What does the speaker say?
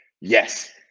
Yes